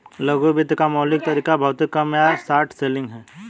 लघु वित्त का मौलिक तरीका भौतिक कम या शॉर्ट सेलिंग है